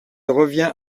revient